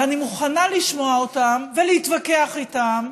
אני מוכנה לשמוע אותם ולהתווכח איתם.